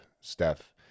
Steph